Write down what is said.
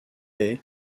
est